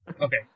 Okay